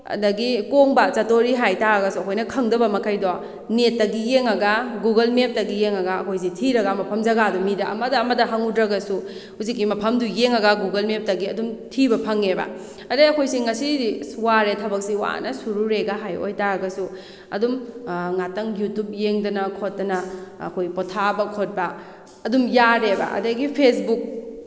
ꯑꯗꯩ ꯀꯣꯡꯕ ꯆꯠꯇꯣꯔꯤ ꯍꯥꯏ ꯇꯥꯔꯒꯁꯨ ꯑꯩꯈꯣꯏꯅ ꯈꯪꯗꯕ ꯃꯈꯩꯗꯣ ꯅꯦꯠꯇꯒꯤ ꯌꯦꯡꯉꯒ ꯒꯨꯒꯜ ꯃꯦꯞꯇꯒꯤ ꯌꯦꯡꯉꯒ ꯑꯩꯈꯣꯏꯁꯤ ꯊꯤꯔꯒ ꯃꯐꯝ ꯖꯒꯥꯗꯣ ꯃꯤꯗ ꯑꯃꯗ ꯑꯃꯗ ꯍꯪꯉꯨꯗ꯭ꯔꯒꯁꯨ ꯍꯧꯖꯤꯛꯀꯤ ꯃꯐꯝꯗꯨ ꯌꯦꯡꯉꯒ ꯒꯨꯒꯜ ꯃꯦꯞꯇꯒꯤ ꯑꯗꯨꯝ ꯊꯤꯕ ꯐꯪꯉꯦꯕ ꯑꯗꯩ ꯑꯩꯈꯣꯏꯁꯦ ꯉꯁꯤꯗꯤ ꯑꯁ ꯋꯥꯔꯦ ꯊꯕꯛꯁꯤ ꯋꯥꯅ ꯁꯨꯔꯨꯔꯦ ꯒꯥꯏ ꯍꯥꯏ ꯑꯣꯏ ꯇꯥꯔꯒꯁꯨ ꯑꯗꯨꯝ ꯉꯥꯛꯇꯪ ꯌꯨꯇꯨꯕ ꯌꯦꯡꯗꯅ ꯈꯣꯠꯇꯅ ꯑꯩꯈꯣꯏ ꯄꯣꯊꯥꯕ ꯈꯣꯠꯄ ꯑꯗꯨꯝ ꯌꯥꯔꯦꯕ ꯑꯗꯒꯤ ꯐꯦꯁꯕꯨꯛ